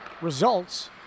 results